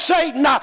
Satan